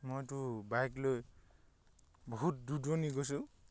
মইতো বাইক লৈ বহুত দূৰ দূৰণি গৈছোঁ